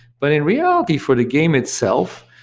but in reality for the game itself,